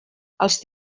els